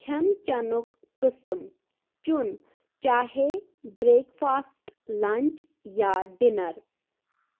کھٮ۪ن چٮ۪نُک قٕسم چُن چاہے برٛیک فاسٹ لنٛچ یا ڈِنَر